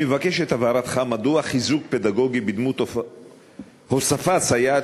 אני מבקש את הבהרתך: מדוע חיזוק פדגוגי בדמות הוספת סייעת